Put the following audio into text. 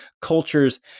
cultures